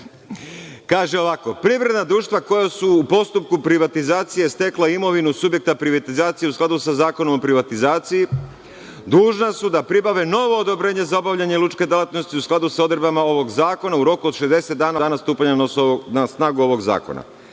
ovako – Privredna društva koja su u postupku privatizacije stekla imovinu subjekta privatizacije u skladu sa Zakonom o privatizaciji dužna su da pribave novo odobrenje za obavljanje lučke delatnosti u skladu sa odredbama ovog zakona u roku od 60 dana od dana stupanja na snagu ovog zakona.